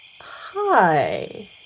Hi